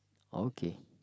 okay